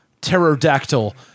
pterodactyl